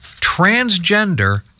transgender